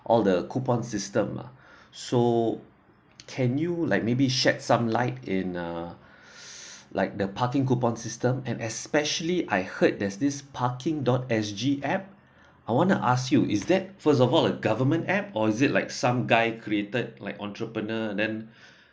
all the coupon system uh so can you like maybe shed some light in uh s~ like the parking coupon system and especially I heard that's this parking dot S G app I wanna ask you is that first of all a government app or is it like some guy created like entrepreneur and then